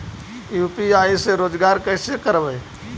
UPI से रोजगार कैसे करबय?